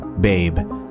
Babe